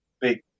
big